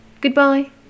goodbye